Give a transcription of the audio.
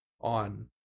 on